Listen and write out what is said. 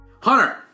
Hunter